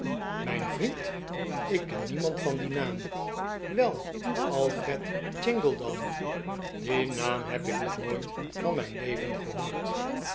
mijn vriend ik ken niemand van dien naam wel alfred jingle dan dien naam heb ik nog nooit van mijn leven gehoord